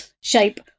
shape